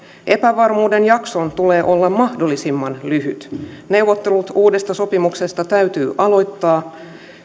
epävarmuuden jakson tulee olla mahdollisimman lyhyt neuvottelut uudesta sopimuksesta täytyy aloittaa